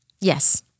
Yes